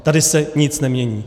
Tady se nic nemění.